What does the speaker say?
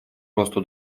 росту